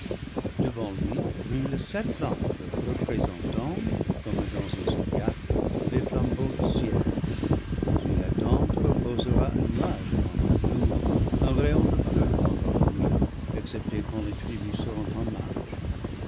devant lui brûlent sept lampes représentant comme dans un zodiaque les flam beaux du ciel sur la tente reposera un nuage pendant le jour un rayon de feu pendant la nuit excepté quand les tribus seront en marche